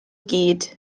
gyd